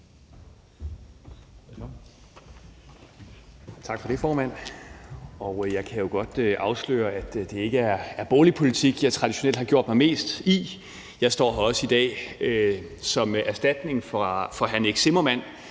Tak for det, formand. Jeg kan jo godt afsløre, at det ikke er boligpolitik, jeg traditionelt har gjort mig mest i. Jeg står her også i dag som erstatning for hr. Nick Zimmermann,